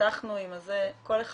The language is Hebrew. אנחנו שומעים את כל אחד